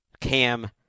Cam